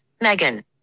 megan